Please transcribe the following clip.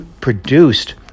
produced